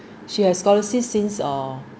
she has scholarship since uh